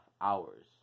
hours